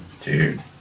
Dude